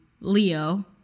leo